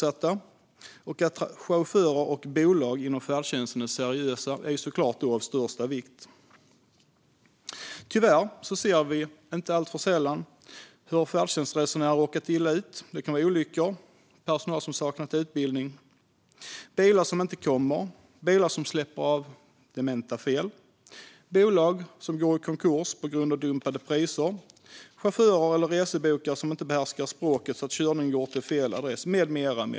Att chaufförer och bolag inom färdtjänsten är seriösa är såklart av största vikt. Tyvärr ser vi inte sällan hur färdtjänstresenärer råkat illa ut. Det kan vara olyckor då personal saknat utbildning, bilar som inte kommer, bilar som släpper av dementa personer på fel plats, bolag som går i konkurs på grund av dumpade priser, chaufförer eller resebokare som inte behärskar språket så att körningen går till fel adress med mera.